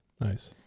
Nice